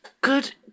good